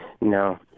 No